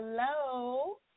Hello